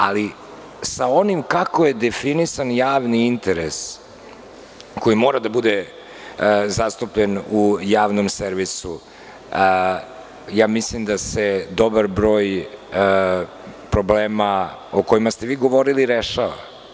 Ali, sa onim kako je definisan javni interes, koji mora da bude zastupljen u Javnom servisu, ja mislim da se dobar broj problema o kojima ste vi govorili rešava.